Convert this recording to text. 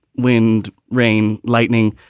wind, rain, lightning,